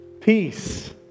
Peace